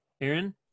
Aaron